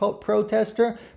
protester